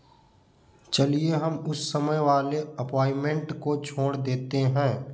चलिए हम उस समय वाले अपॉइमेंट को छोड़ देते हैं